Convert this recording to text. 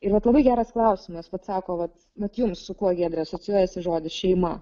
ir vat labai geras klausimas vat sako vat vat jums su kuo giedre asocijuojasi žodis šeima